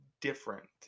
different